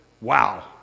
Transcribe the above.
Wow